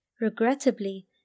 Regrettably